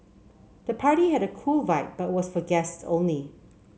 the party had a cool vibe but was for guests only